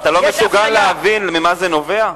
אתה לא מסוגל להבין ממה זה נובע?